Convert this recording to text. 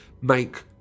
make